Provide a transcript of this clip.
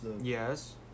Yes